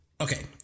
Okay